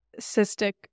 cystic